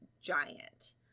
giant